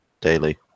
daily